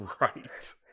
Right